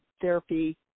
therapy